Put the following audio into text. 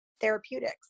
therapeutics